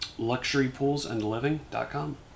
Luxurypoolsandliving.com